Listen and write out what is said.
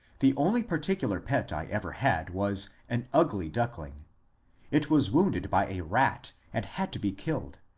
the only particular pet i ever had was an ugly duckling it was wounded by a rat and had to be killed,